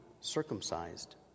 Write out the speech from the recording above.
circumcised